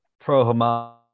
pro-Hamas